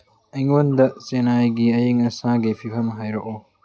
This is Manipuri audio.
ꯑꯩꯉꯣꯟꯗ ꯆꯦꯟꯅꯥꯏꯒꯤ ꯑꯏꯪ ꯑꯁꯥꯒꯤ ꯐꯤꯕꯝ ꯍꯥꯏꯔꯛꯎ